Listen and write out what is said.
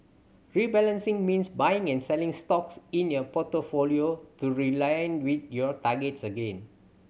rebalancing means buying and selling stocks in your portfolio to realign with your targets again